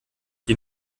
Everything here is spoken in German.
die